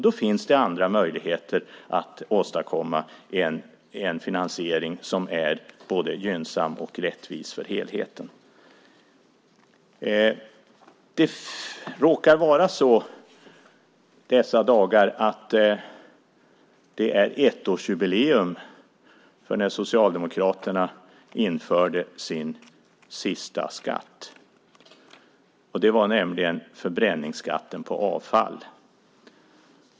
Det finns andra möjligheter att åstadkomma en finansiering som är både gynnsam och rättvis för helheten. Dessa dagar råkar det vara ettårsjubileum för Socialdemokraternas införande av sin sista skatt, nämligen förbränningsskatten på avfall.